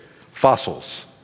fossils